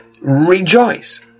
Rejoice